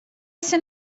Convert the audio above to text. esse